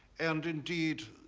and indeed.